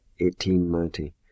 1890